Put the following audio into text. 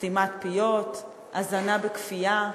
סתימת פיות, הזנה בכפייה.